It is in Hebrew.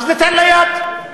אז ניתן לה יד.